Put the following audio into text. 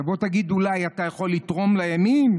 תבוא תגיד, אולי אתה יכול לתרום לימין.